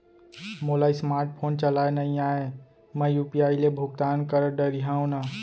मोला smart phone चलाए नई आए मैं यू.पी.आई ले भुगतान कर डरिहंव न?